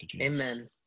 Amen